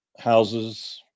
houses